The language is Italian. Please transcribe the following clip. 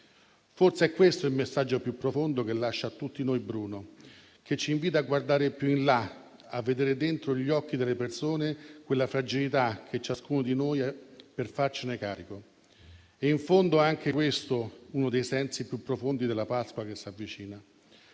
Forse è questo il messaggio più profondo che Bruno lascia a tutti noi e che ci invita a guardare più in là, a vedere dentro gli occhi delle persone quella fragilità che ha ciascuno di noi, per farcene carico. È in fondo anche questo uno dei sensi più profondi della Pasqua che si avvicina.